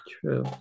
true